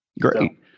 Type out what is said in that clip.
great